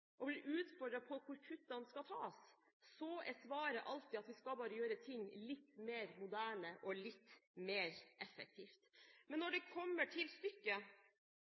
på hvor kuttene skal tas, er svaret alltid at vi skal bare gjøre ting litt mer moderne og litt mer effektivt. Men når det kommer til stykket,